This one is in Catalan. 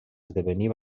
esdevenir